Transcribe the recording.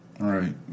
Right